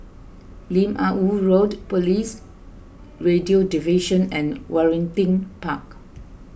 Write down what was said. Lim Ah Woo Road Police Radio Division and Waringin Park